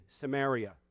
Samaria